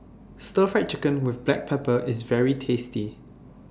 Stir Fried Chicken with Black Pepper IS very tasty